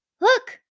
Look